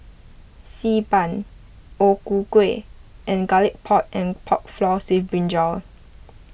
Xi Ban O Ku Kueh and Garlic Pork and Pork Floss with Brinjal